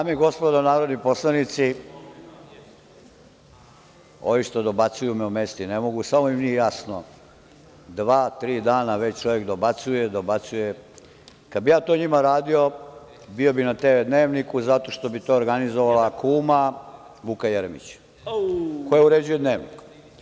Dame i gospodo narodni poslanici, ovi što dobacuju me omesti ne mogu, samo mi nije jasno – dva , tri dana već čovek dobacuje, dobacuje, kad bih ja to njima radio bio bi na TV Dnevniku zato što bi to organizovala kuma Vuka Jeremića, koja uređuje dnevnik.